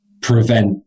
prevent